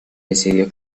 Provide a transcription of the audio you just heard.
decidió